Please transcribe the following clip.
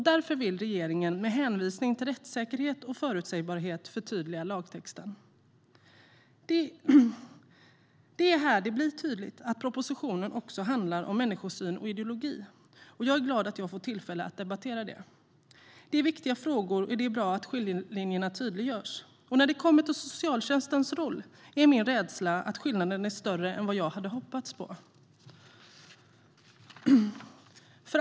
Därför vill regeringen med hänvisning till rättssäkerhet och förutsägbarhet förtydliga lagtexten. Det är här det blir tydligt att propositionen också handlar om människosyn och ideologi, och jag är glad att jag får tillfälle att debattera det. Det är viktiga frågor, och det är bra att skiljelinjerna tydliggörs. När det kommer till socialtjänstens roll är min rädsla att skillnaderna är större än vad jag hade hoppats på.